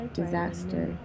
disaster